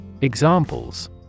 Examples